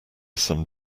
some